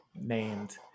named